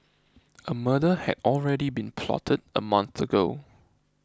a murder had already been plotted a month ago